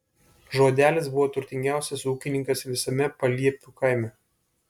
žodelis buvo turtingiausias ūkininkas visame paliepių kaime